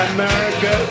America